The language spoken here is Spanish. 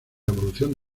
evolución